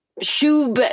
shoe